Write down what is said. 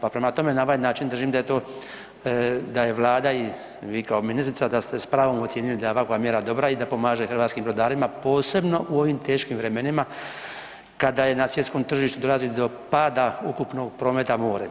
Pa prema tome na ovaj način držim da je to, da je Vlada i vi kao ministrica da ste s pravom ocijenili da je ovakva mjera dobra i da pomaže hrvatskim brodarima posebno u ovim teškim vremenima kada je na svjetskom tržištu dolazi do pada ukupnog prometa morem.